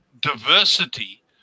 diversity